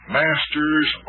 masters